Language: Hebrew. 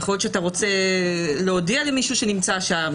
יכול להיות שאתה רוצה להודיע למישהו שנמצא שם,